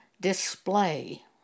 display